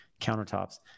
countertops